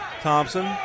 Thompson